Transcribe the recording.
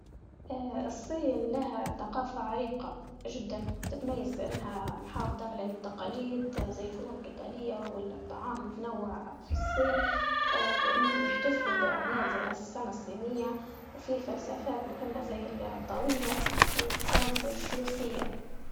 اه الصين لها ثقافة عريقة جدا تتميز بانها محافظة على التقاليد غير الفنون القتالية والطعام تنوع في الصين، اه وانهم يحتفلوا باعياد راس السنة الصينية، وفي فلسفات مهمة زي الطوية. ويكون في